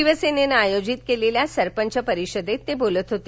शिवसेनेनं आयोजित केलेल्या सरपंच परिषदेत ते बोलत होते